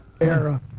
era